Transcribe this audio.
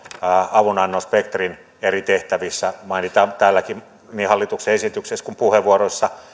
avunannon spektrin eri tehtävissä mainitaan täälläkin niin hallituksen esityksessä kuin puheenvuoroissa